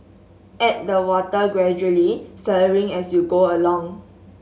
add the water gradually stirring as you go along